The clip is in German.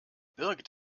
birgit